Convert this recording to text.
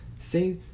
Say